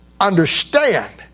understand